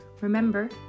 Remember